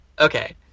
okay